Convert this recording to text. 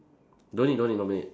don't need don't need nominate